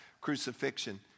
crucifixion